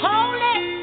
Holy